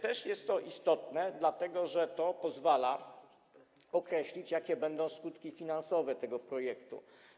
Też jest to istotne, dlatego że to pozwala określić, jakie będą skutki finansowe tego projektu.